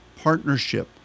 partnership